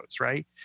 right